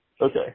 Okay